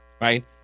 Right